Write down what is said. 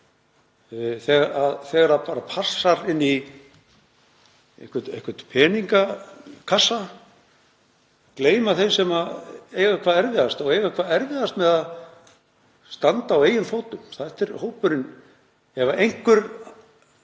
þegar það passar inn í einhvern peningakassa, gleyma þeim sem eiga hvað erfiðast og eiga hvað erfiðast með að standa á eigin fótum. Ef við ætlum að hjálpa einhverjum